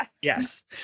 yes